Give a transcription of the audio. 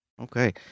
Okay